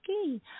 okay